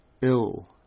ill